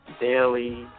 daily